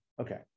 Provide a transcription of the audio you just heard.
Okay